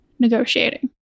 Negotiating